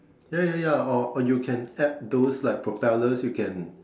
ya ya ya or or you can add those like propellers you can